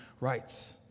rights